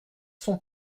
sont